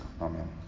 Amen